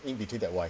in between that Y